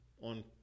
on